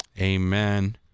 Amen